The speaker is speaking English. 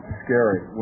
scary